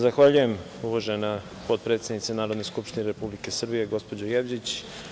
Zahvaljujem, uvažena potpredsednice Narodne skupštine Republike Srbije gospođo Jevđić.